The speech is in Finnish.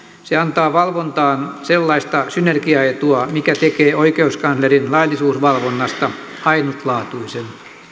se antaa valvontaan sellaista synergiaetua mikä tekee oikeuskanslerin laillisuusvalvonnasta ainutlaatuisen